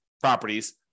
properties